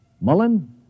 Mullen